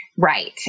Right